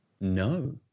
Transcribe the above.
No